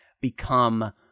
become